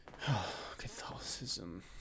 Catholicism